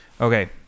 Okay